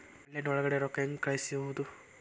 Online ಒಳಗಡೆ ರೊಕ್ಕ ಹೆಂಗ್ ಕಳುಹಿಸುವುದು?